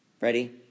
Ready